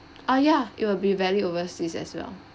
ah ya it will be valid overseas as well